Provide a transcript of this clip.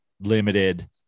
limited